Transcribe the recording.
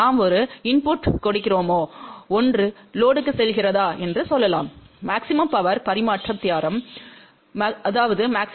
நாம் ஒரு இன்புட்க் கொடுக்கிறோமா ஒன்று லோடுக்குச் செல்கிறதா என்று சொல்லலாம் மாக்ஸிமும் பவர் பரிமாற்ற தியரம் ma